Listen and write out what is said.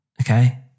Okay